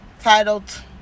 titled